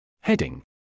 Heading